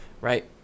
Right